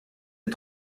est